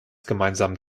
gemeinsamen